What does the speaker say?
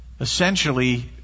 essentially